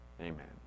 amen